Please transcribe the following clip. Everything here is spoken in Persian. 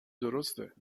درسته